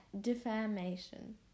defamation